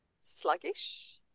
sluggish